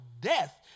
death